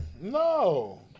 No